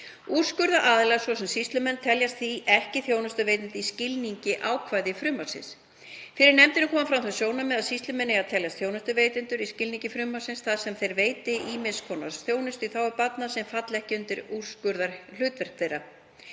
Úrskurðaraðilar, svo sem sýslumenn, teljist því ekki þjónustuveitendur í skilningi ákvæða frumvarpsins. Fyrir nefndinni komu fram þau sjónarmið að sýslumenn eigi að teljast þjónustuveitendur í skilningi frumvarpsins þar sem þeir veiti ýmiss konar þjónustu í þágu barna sem falli ekki undir úrskurðarhlutverk þeirra.